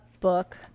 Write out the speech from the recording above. book